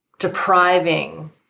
depriving